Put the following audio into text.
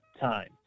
time